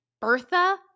Bertha